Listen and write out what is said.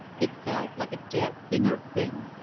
it fell like a dead, inert thing.